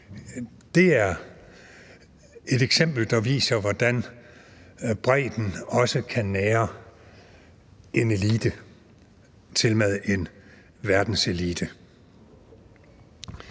Det er et eksempel, der viser, hvordan bredden også kan nære en elite – tilmed en verdenselite.